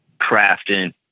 crafting